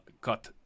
cut